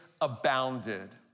abounded